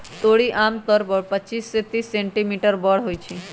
तोरी आमतौर पर पच्चीस से तीस सेंटीमीटर बड़ होई छई